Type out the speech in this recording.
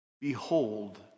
Behold